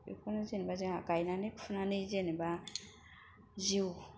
बेखौनो जेनेबा जोंहा गायनानै फुनानै जेनेबा जिउ